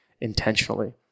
intentionally